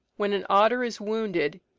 when an otter is wounded,